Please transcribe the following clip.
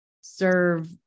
serve